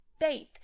faith